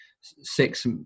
six